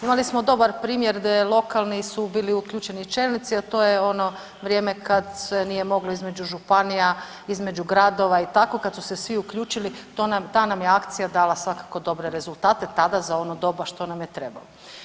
Imali smo dobar primjer da je lokalni su bili uključeni čelnici a to je ono vrijeme kad se nije moglo između županija, između gradova i tako, kad su se svi uključili, ta nam je akcija dala svakako dobre rezultate tada za ono doba što nam je trebalo.